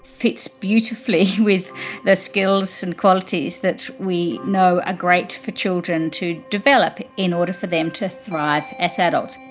fits beautifully with the skills and qualities that we know are ah great for children to develop in order for them to thrive as adults